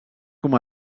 com